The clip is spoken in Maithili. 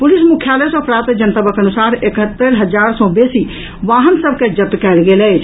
पुलिस मुख्यालय सँ प्राप्त जनतबक अनुसार एकहत्तरि हजार सँ बेसी वाहन सभ के जब्त कयल गेल अछि